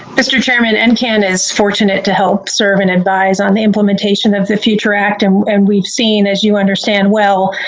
mr. chairman, and ncan is fortunate to help serve and advise on the implementation of the future act. and and we've seen, as you understand well,